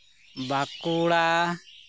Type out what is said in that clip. Bankura